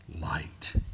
light